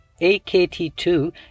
AKT2